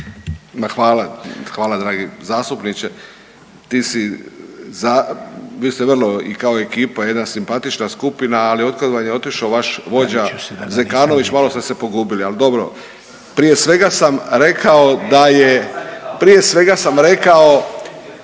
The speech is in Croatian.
hvala, hvala dragi zastupniče. Ti si, vi ste vrlo i kao ekipa jedna simpatična skupina, ali otkad vam je otišao vaš vođa Zekanović malo ste se pogubili, ali dobro. Prije svega sam rekao